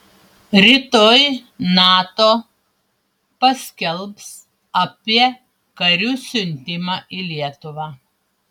rytoj nato paskelbs apie karių siuntimą į lietuvą